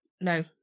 No